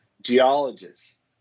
geologists